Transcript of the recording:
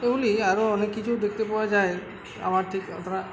এগুলি আরও অনেক কিছু দেখতে পাওয়া যায় আমার ঠিক অতটা